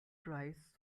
dries